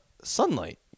sunlight